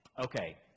Okay